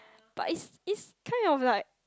but is is kind of like